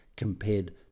compared